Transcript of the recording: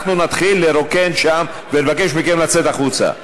אנחנו נתחיל לרוקן שם ולבקש מכם לצאת החוצה.